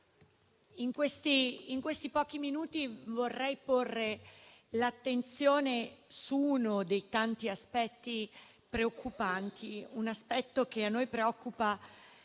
in questi pochi minuti vorrei porre l'attenzione su uno dei tanti aspetti preoccupanti, per noi ancor